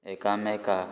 एकामेका